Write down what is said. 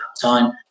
time